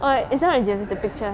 oh it's not a gif it's a picture